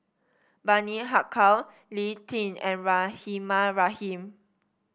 Bani Haykal Lee Tjin and Rahimah Rahim